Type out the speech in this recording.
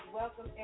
Welcome